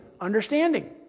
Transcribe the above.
understanding